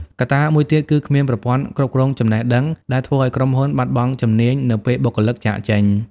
កត្តាមួយទៀតគឺ គ្មានប្រព័ន្ធគ្រប់គ្រងចំណេះដឹង ដែលធ្វើឱ្យក្រុមហ៊ុនបាត់បង់ជំនាញនៅពេលបុគ្គលិកចាកចេញ។